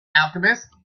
alchemist